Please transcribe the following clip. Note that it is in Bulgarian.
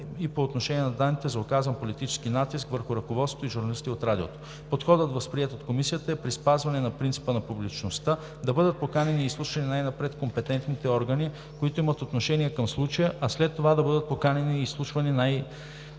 и по отношение на данните за оказан политически натиск върху ръководството и журналисти от радиото. Подходът, възприет от Комисията е, при спазване на принципа на публичността, да бъдат поканени и изслушани най-напред компетентните органи, които имат отношение към случая, а след това да бъдат поканени и изслушани най-напред преките участници